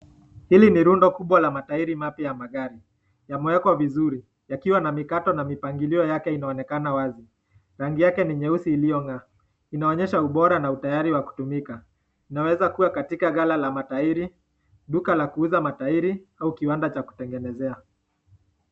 Hili ni rundo kubwa ya matairi mapya ya magari. Yamewekwa vizuri yakiwa na mikata na mipangilio yake inaonekana wazi. Rangi yake ni nyeusi iliyo g'aa. Inaonyesha ubora na utayari wa kutumika. Inaweza kuwa ni katika gala la matairi , duka la kuuza matairi au kwa kiwanja Cha kutengenezea.